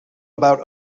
about